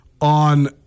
on